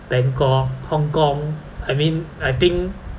bangkok hong-kong I mean I think